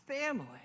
family